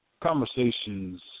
conversations